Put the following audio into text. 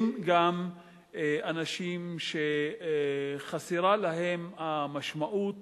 גם הם אנשים שחסרה להם המשמעות